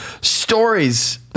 stories